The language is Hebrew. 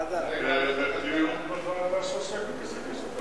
דיון בוועדה שעוסקת בזה.